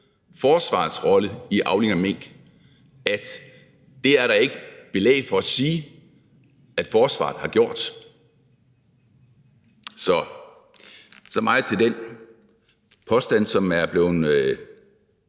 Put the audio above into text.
forsvarets rolle i aflivningen af mink, at det er der ikke belæg for at sige at forsvaret har gjort. Så er der den påstand, der er blevet